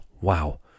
Wow